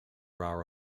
are